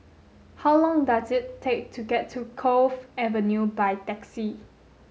how long does it take to get to Cove Avenue by taxi